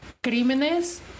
crímenes